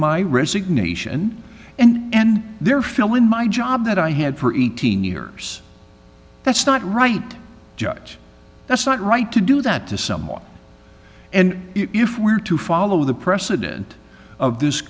my resignation and there fill in my job that i had for eighteen years that's not right judge that's not right to do that to someone and if we're to follow the precedent of this